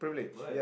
right